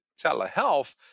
telehealth